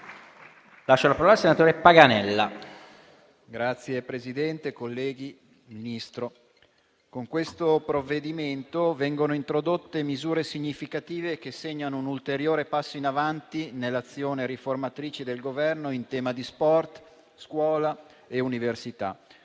con questo provvedimento vengono introdotte misure significative che segnano un ulteriore passo in avanti nell'azione riformatrice del Governo in tema di sport, scuola e università,